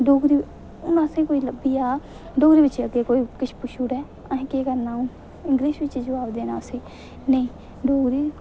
डोगरी हून असें गी कोई लब्भी जा डोगरी बिच अग्गें कोई किश पुच्छी ओड़े ते फ्ही अग्गें केह् करना हून इंग्लिश बिच जवाब देना उसी नेईं डोगरी